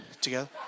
together